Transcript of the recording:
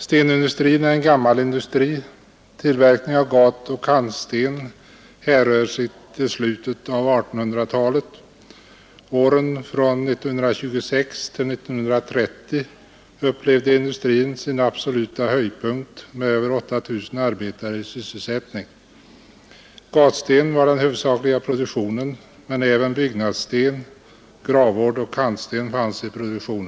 Stenindustrin är en gammal industri. Tillverkningen av gatoch kantsten härrör från slutet av 1800-talet. Under åren från 1926 till 1930 upplevde industrin sin absoluta höjdpunkt med över 8 000 arbetare i sysselsättning. Gatsten var den huvudsakliga produktionen, men även byggnadssten, gravvårdsoch kantsten fanns i produktion.